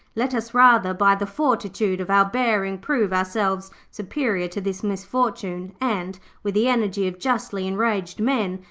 let us, rather, by the fortitude of our bearing prove ourselves superior to this misfortune and, with the energy of justly enraged men,